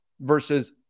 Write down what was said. versus